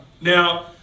Now